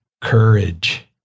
courage